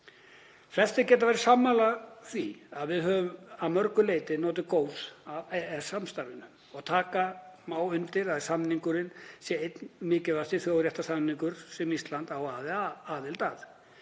Flestir geta verið sammála því að við höfum að mörgu leyti notið góðs af EES-samstarfinu og taka má undir að samningurinn sé einn mikilvægasti þjóðréttarsamningur sem Ísland á aðild að.